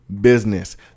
business